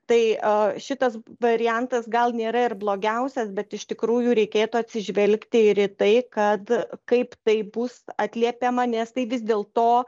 tai šitas variantas gal nėra ir blogiausias bet iš tikrųjų reikėtų atsižvelgti ir į tai kad kaip tai bus atliepia nes tai vis dėl to